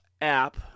app